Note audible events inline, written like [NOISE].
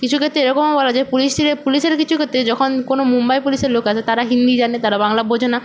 কিছু ক্ষেত্রে এরকম আবার হয় যে পুলিশ [UNINTELLIGIBLE] পুলিশের কিছু ক্ষেত্রে যখন কোনো মুম্বাই পুলিশের লোক আসে তারা হিন্দি জানে তারা বাংলা বোঝে না